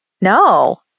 No